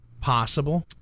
possible